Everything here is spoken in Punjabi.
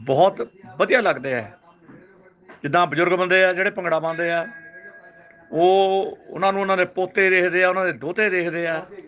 ਬਹੁਤ ਵਧੀਆ ਲੱਗਦੇ ਹੈ ਜਿੱਦਾਂ ਬਜ਼ੁਰਗ ਬੰਦੇ ਆ ਜਿਹੜੇ ਭੰਗੜਾ ਪਾਉਂਦੇ ਆ ਉਹ ਉਹਨਾਂ ਦੇ ਪੋਤੇ ਦੇਖਦੇ ਆ ਉਹਨਾਂ ਦੇ ਦੋਹਤੇ ਦੇਖਦੇ ਆ